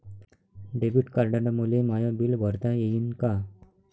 Debit कार्डानं मले my bill भरता येईन का?